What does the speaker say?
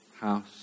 house